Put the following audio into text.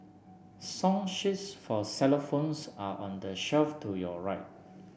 song sheets for xylophones are on the shelf to your right